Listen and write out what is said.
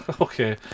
Okay